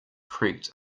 creaked